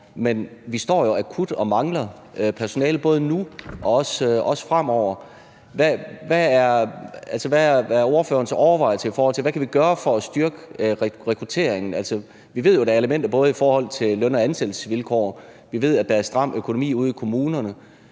men vi står jo akut og mangler personale både nu og også fremover. Hvad er ordførerens overvejelser, i forhold til hvad vi kan gøre for at styrke rekrutteringen? Vi ved jo, at der er elementer både i forhold til løn- og ansættelsesvilkår. Vi ved, at der er en stram økonomi ude i kommunerne.